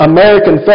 American